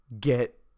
get